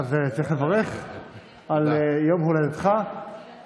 אז צריך לברך על יום הולדתך,